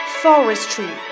forestry